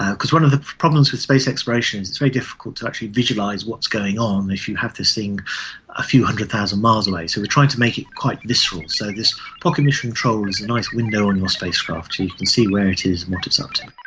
because one of the problems with space exploration is it's very difficult to actually visualise what's going on if you have this thing a few hundred thousand miles away. so we're trying to make it quite visceral. so this pocket mission control is a nice window on your spacecraft, you can see where it is and what it's up um to.